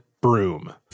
broom